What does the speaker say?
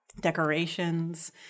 decorations